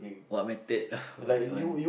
what method oh !wah! that one